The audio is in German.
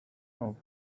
auf